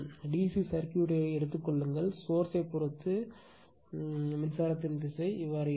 DC circuit எடுத்துக் கொள்ளுங்கள் source பொருத்து ஐ மின்சாரத்தின் திசை இருக்கும்